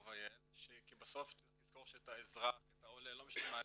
כי בסוף צריך לזכור שאת האזרח, את העולה, לא משנה,